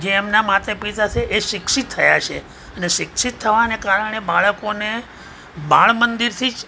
જે એમનાં માતા પિતા છે એ શિક્ષિત થયા છે અને શિક્ષિત થવાને કારણે બાળકોને બાળમંદિરથી જ